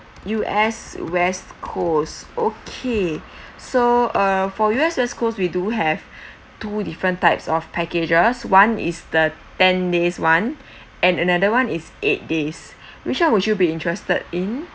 U_S west coast okay so uh for U_S west coast we do have two different types of packages one is the ten days [one] and another [one] is eight days which one would you be interested in